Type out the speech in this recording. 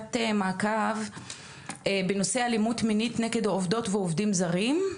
ישיבת מעקב בנושא אלימות מינית נגד עובדות ועובדים זרים.